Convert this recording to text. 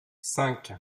cinq